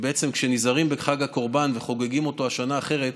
שכשנזהרים בחג הקורבן וחוגגים אותו השנה אחרת,